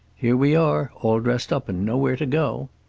here we are, all dressed up and nowhere to go!